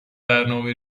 برنامه